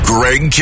Greg